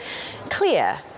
clear